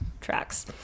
tracks